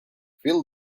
fill